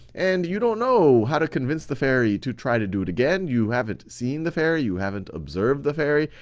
and you don't know how to convince the fairy to try to do it again. you haven't seen the fairy. you haven't observed the fairy.